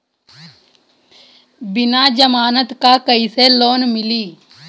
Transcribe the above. बिना जमानत क कइसे लोन मिली?